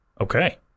Okay